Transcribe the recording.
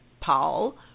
Paul